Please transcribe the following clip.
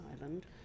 island